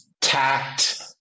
tact